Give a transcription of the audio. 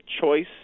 choice